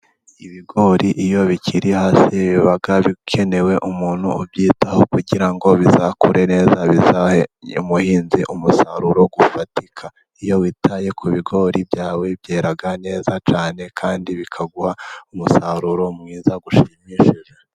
Ibigori iyo bikiri hasi biba bikenewe umuntu ubyitaho, kugira ngo bizakure neza, bizahe umuhinzi umusaruro ufatika. Iyo witaye ku bigori byawe byera neza cyane, kandi bikaguha umusaruro mwiza ushimishije.